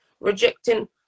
rejecting